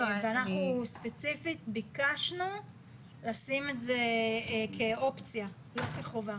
אנחנו ספציפית ביקשנו לשים את זה כאופציה ולא כחובה.